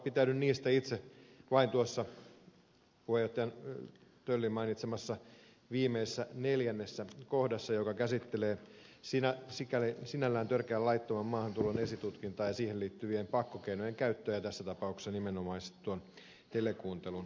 pitäydyn niistä itse vain tuossa puheenjohtaja töllin mainitsemassa viimeisessä neljännessä kohdassa joka käsittelee sinällään törkeän laittoman maahantulon esitutkintaa ja siihen liittyvien pakkokeinojen käyttöä ja tässä tapauksessa nimenomaisesti telekuuntelun käyttöä